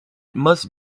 must